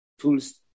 tools